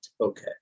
okay